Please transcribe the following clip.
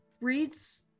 reads